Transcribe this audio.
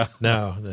No